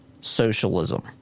socialism